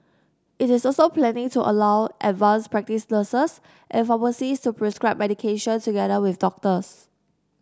it is also planning to allow advanced practice nurses and pharmacists to prescribe medication together with doctors